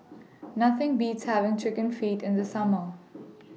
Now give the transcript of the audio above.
Nothing Beats having Chicken Feet in The Summer